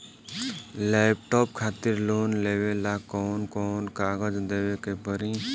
Laptop खातिर loan लेवे ला कौन कौन कागज देवे के पड़ी?